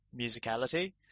musicality